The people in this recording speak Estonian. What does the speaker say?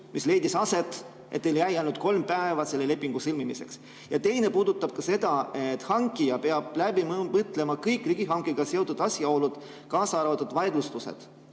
mis leidis aset, et teil jäi ainult kolm päeva selle lepingu sõlmimiseks? Ja teine küsimus puudutab seda, et hankija peab läbi mõtlema kõik riigihankega seotud asjaolud, kaasa arvatud vaidlustused.